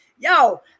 Yo